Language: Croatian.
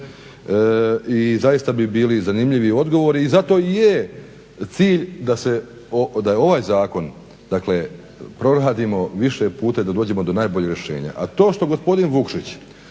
i zaista bi bili zanimljivi odgovori. I zato i je cilj da se, da ovaj zakon proradimo više puta i da dođemo do najboljeg rješenja. A to što gospodin Vukšić